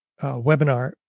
webinar